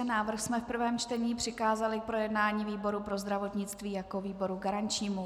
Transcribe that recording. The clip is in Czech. Návrh jsme v prvém čtení přikázali k projednání výboru pro zdravotnictví jako výboru garančnímu.